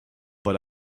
but